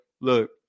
look